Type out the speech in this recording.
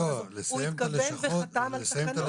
הוא התכוון וחתם על תקנות.